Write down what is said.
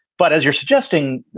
but as you're suggesting,